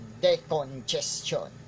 decongestion